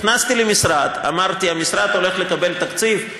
נכנסתי למשרד ואמרתי: המשרד הולך לקבל תקציב,